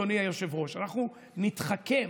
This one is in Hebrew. אדוני היושב-ראש: אנחנו נתחכם,